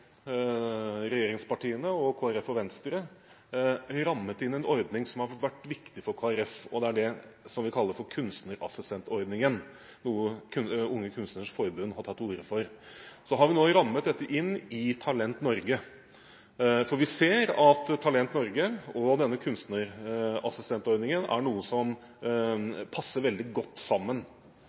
regjeringspartiene, Kristelig Folkeparti og Venstre – har rammet inn en ordning som har vært viktig for Kristelig Folkeparti, og som vi kaller kunstnerassistentordningen, noe Unge Kunstneres Samfund har tatt til orde for. Vi har rammet inn dette i Talent Norge, for vi ser at Talent Norge og denne kunstnerassistentordningen passer veldig godt sammen.